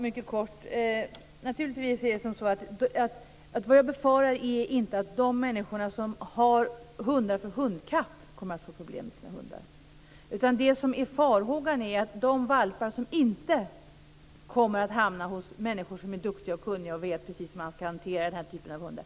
Herr talman! Vad jag befarar är naturligtvis inte att de människor som har hundar för hundkapplöpning kommer att få problem med sina hundar. Farhågan är att det kommer att bli problem med de valpar som inte kommer att hamna hos människor som är duktiga och kunniga och vet precis hur man skall hantera den här typen av hundar.